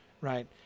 right